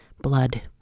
Blood